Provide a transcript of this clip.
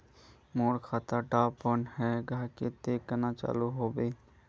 मोर खाता डा बन है गहिये ते कन्हे चालू हैबे?